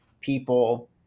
people